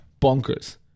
bonkers